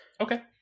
Okay